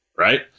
Right